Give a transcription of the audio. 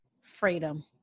freedom